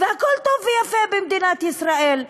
והכול טוב ויפה במדינת ישראל.